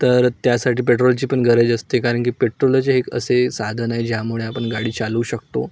तर त्यासाठी पेट्रोलची पण गरज असते कारण की पेट्रोलच एक असे साधन आहे ज्यामुळे आपण गाडी चालवू शकतो